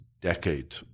decade